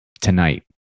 Tonight